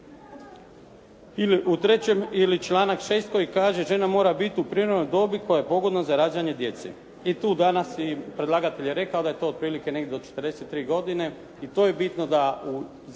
u 3. ili članak 6. koji kaže: «Žena mora biti u prirodnoj dobi koja je pogodna za rađanje djece». I tu danas je i predlagatelj rekao da je to otprilike negdje do 43 godine i to je bitno da u zakonu